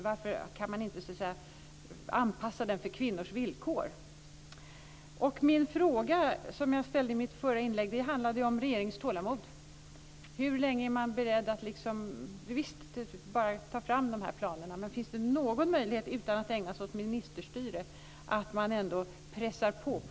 Varför kan man inte liksom anpassa den efter kvinnors villkor? I mitt förra inlägg frågade jag om regeringens tålamod. Visst, det är bara att ta fram de här planerna. Men finns det någon möjlighet, utan att ägna sig åt ministerstyre, att på något sätt pressa på?